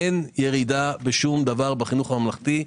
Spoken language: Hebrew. אין ירידה בשום דבר בחינוך הממלכתי.